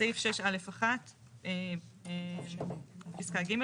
בסעיף 6(א)(1) פסקה ג'.